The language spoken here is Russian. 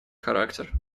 характер